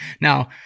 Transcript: Now